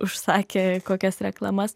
užsakė kokias reklamas